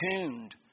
tuned